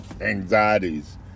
anxieties